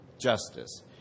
justice